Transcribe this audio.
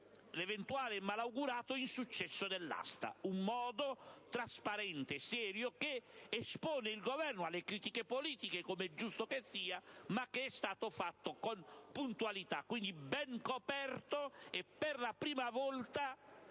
l'eventuale e malaugurato insuccesso dell'asta: un modo trasparente e serio, che espone il Governo alle critiche politiche (come è giusto che sia), ma che è stato fatto con puntualità. Quindi, c'è una buona copertura, e per la prima volta